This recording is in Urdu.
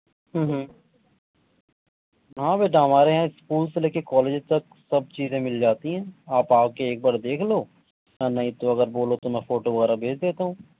ہاں بیٹا ہمارے یہاں اسکول سے لے کر کالجز تک سب چیزیں مِل جاتی ہیں آپ آ کے ایک بار دیکھ لو یا نہیں تو اگر بولو تو میں فوٹو وغیرہ بھیج دیتا ہوں